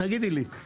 תגידי לי,